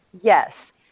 Yes